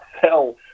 sell